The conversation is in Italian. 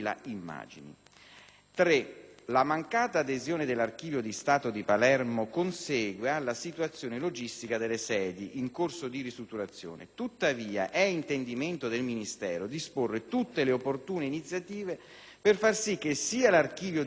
3) la mancata adesione dell'Archivio di Stato di Palermo consegue alla situazione logistica delle sedi, in corso di ristrutturazione. Tuttavia, è intendimento del Ministero disporre tutte le opportune iniziative per far sì che sia l'Archivio di Stato di Palermo,